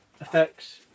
effects